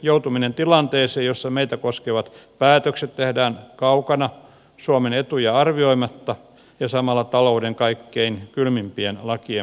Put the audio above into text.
joutuminen tilanteeseen jossa meitä koskevat päätökset tehdään kaukana suomen etuja arvioimatta ja samalla talouden kaikkein kylmimpien lakien pohjalta